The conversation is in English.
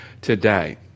today